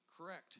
correct